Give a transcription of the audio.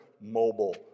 mobile